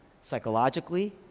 psychologically